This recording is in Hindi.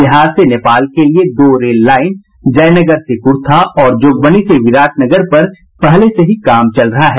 बिहार से नेपाल के लिए दो रेल लाईन जयनगर से कुर्था और जोगबनी से विराटनगर पर पहले से ही काम चल रहा है